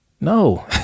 no